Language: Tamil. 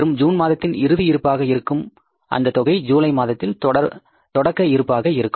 மற்றும் ஜூன் மாதத்தின் இறுதி இருப்பாக இருக்கும் அந்த தொகை ஜூலை மாதத்தில் தொடக்க இருப்பாக இருக்கும்